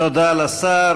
תודה לשר.